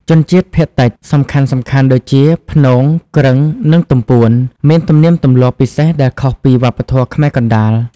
ជនជាតិភាគតិចសំខាន់ៗដូចជា ព្នង គ្រឹង និងទំពួន មាន ទំនៀមទម្លាប់ ពិសេសដែលខុសពីវប្បធម៌ខ្មែរកណ្តាល។